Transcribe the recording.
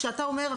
כשאתה אומר,